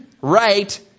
right